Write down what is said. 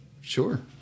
Sure